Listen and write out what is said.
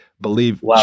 believe